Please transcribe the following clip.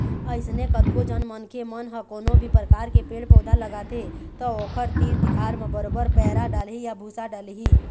अइसने कतको झन मनखे मन ह कोनो भी परकार के पेड़ पउधा लगाथे त ओखर तीर तिखार म बरोबर पैरा डालही या भूसा डालही